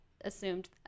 assumed